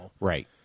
right